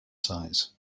size